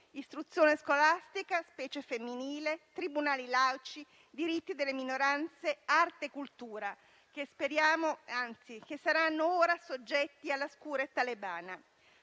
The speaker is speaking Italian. istruzione scolastica (specie femminile), tribunali laici, diritti delle minoranze, arte e cultura, che saranno ora soggetti alla scure talebana.